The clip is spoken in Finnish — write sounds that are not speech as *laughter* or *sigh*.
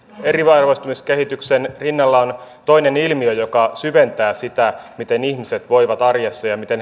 eriarvoistumiskehityksen rinnalla on toinen ilmiö joka syventää sitä miten ihmiset voivat arjessa ja miten *unintelligible*